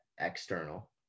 external